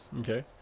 Okay